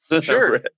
Sure